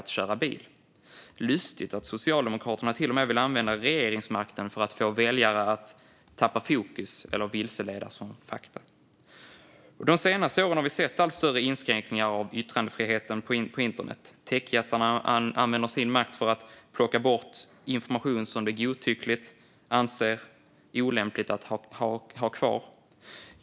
Det är lustigt att Socialdemokraterna till och med vill använda regeringsmakten för att få väljare att tappa fokus eller vilseledas från fakta. De senaste åren har vi sett allt större inskränkningar av yttrandefriheten på internet. Techjättarna använder sin makt för att plocka bort information som de godtyckligt anser är olämpligt att ha kvar.